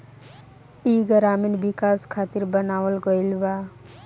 ई ग्रामीण विकाश खातिर बनावल गईल बा